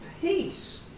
peace